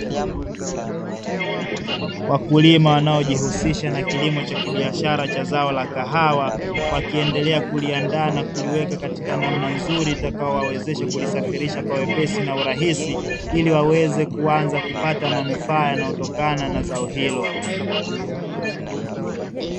Wakulima wanaojihusisha na kilimo cha kibiashara cha zao la kahawa, wakiendelea kuliandaa na kuliweka katika namna nzuri itakayowawezesha kulisafirisha kwa wepesi na urahisi ili waweze kuanza kupata manufaa yanayotokana na zao hilo.